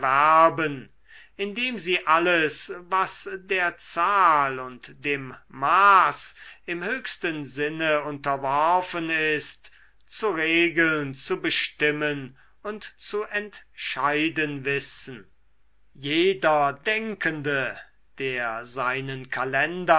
indem sie alles was der zahl und dem maß im höchsten sinne unterworfen ist zu regeln zu bestimmen und zu entscheiden wissen jeder denkende der seinen kalender